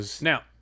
Now